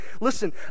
listen